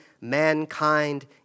mankind